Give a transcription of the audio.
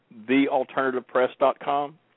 thealternativepress.com